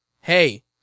Hey